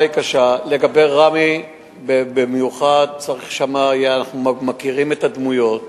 לגבי ראמה במיוחד, אנחנו מכירים את הדמויות.